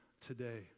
today